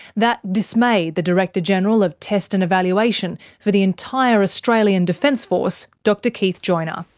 that dismayed the director general of test and evaluation for the entire australian defence force, dr keith joiner.